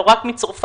לא רק מצרפת,